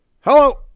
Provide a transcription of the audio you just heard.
Hello